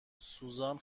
سوزان